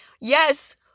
Yes